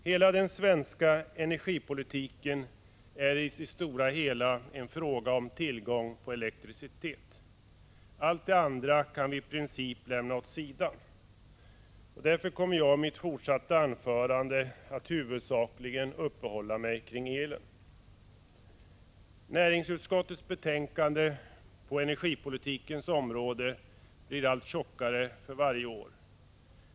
Hela den svenska energipolitiken är i det stora hela en fråga om tillgång på elektricitet. Allt det andra kan vi i princip lämna åt sidan. Därför kommer jag i mitt anförande att huvudsakligen uppehålla mig kring elen. Näringsutskottets betänkanden på energipolitikens område blir allt tjockare för varje år.